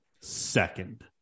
second